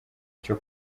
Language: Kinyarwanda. cyo